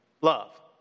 love